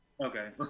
Okay